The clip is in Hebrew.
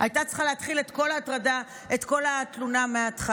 הייתה צריכה להתחיל את כל התלונה מהתחלה,